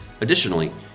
Additionally